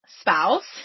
spouse